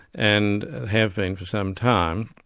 and have been for some time,